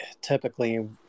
typically